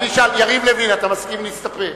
אני אשאל: יריב לוין, אתה מסכים להסתפק?